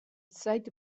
zait